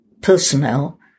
personnel